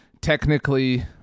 technically